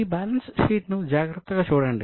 ఈ balance sheet ను జాగ్రత్తగా చూడండి